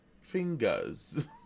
Fingers